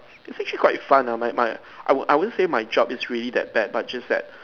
it's actually quite fun lah my my I I wouldn't say my job is really that bad but just that